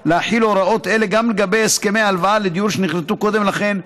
להחיל הוראות אלה גם לגבי הסכמי הלוואה לדיור שנכרתו קודם לכן,